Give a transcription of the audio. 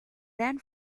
dan